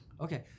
Okay